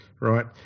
right